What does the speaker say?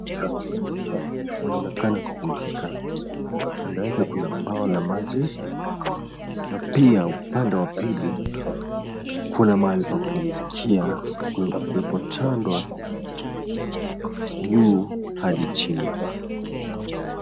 Ng'ombe hawa wa maziwa wanaonekana kupumzika. Kando yake kuna bawa la maji na pia upande wa pili kuna mahali pa kupumzikia kulipotandwa juu hadi chini.